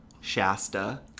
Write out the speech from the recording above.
Shasta